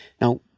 Now